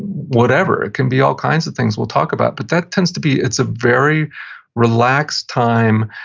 whatever, it can be all kinds of things we'll talk about, but that tends to be, it's a very relaxed time.